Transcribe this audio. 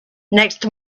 next